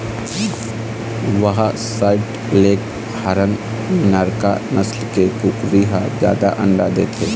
white leghorn, Minorca नसल के कुकरी ह जादा अंडा देथे